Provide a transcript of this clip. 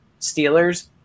Steelers